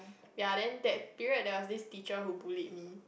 ya then that period there was this teacher who bullied me